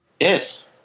Yes